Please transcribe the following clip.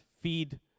Feed